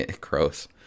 gross